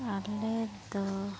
ᱟᱞᱮ ᱫᱚ